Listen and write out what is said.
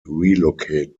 relocate